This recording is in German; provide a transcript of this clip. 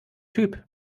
typ